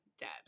dead